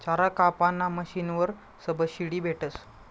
चारा कापाना मशीनवर सबशीडी भेटस